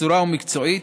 מסורה ומקצועית,